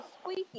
squeaky